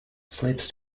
slips